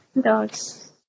dogs